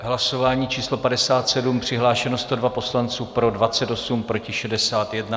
V hlasování číslo 57 přihlášeno 102 poslanců, pro 28, proti 61.